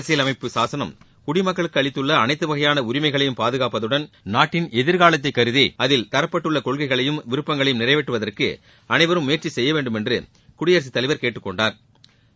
அரசியல் அமைப்பு சாசனம் குடிமக்களுக்கு அளித்துள்ள அனைத்து வகையான உரிமைகளையும் பாதகாப்பதுடன் நாட்டின் எதிர்னலத்தை கருதி அதில் தரப்பட்டுள்ள கொள்கைகளையும் விருப்பங்களையும் நிறைவேற்றுவதற்கு அனைவரும் முயற்சி செய்ய வேண்டுமென்று குடியரசுத் தலைவா் கேட்டுக் கொண்டாா்